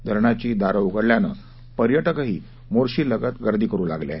धरणाची दारे उघडल्याने पर्यटकही मोर्शीलगत गर्दी करू लागले आहेत